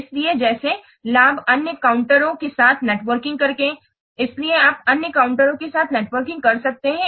इसलिए जैसे लाभ अन्य काउंटरों के साथ नेटवर्किंग करेंगे इसलिए आप अन्य काउंटरों के साथ नेटवर्किंग कर सकते हैं